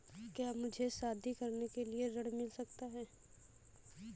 क्या मुझे शादी करने के लिए ऋण मिल सकता है?